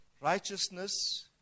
Righteousness